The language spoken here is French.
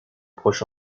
proche